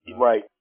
Right